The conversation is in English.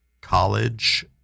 college